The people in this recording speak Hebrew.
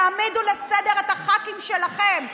תעמידו לסדר את הח"כים שלכם.